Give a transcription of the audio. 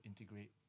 integrate